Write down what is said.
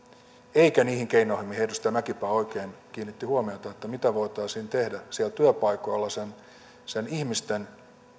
eikä niihin keinoihin mihin edustaja mäkipää oikein kiinnitti huomiota eli mitä voitaisiin tehdä siellä työpaikoilla ihmisten